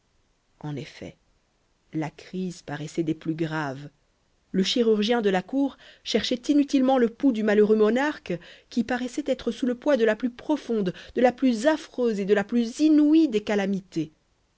en effet la crise paraissait des plus graves le chirurgien de la cour cherchait inutilement le pouls du malheureux monarque qui paraissait être sous le poids de la plus profonde de la plus affreuse et de la plus inouïe des calamités